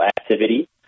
activity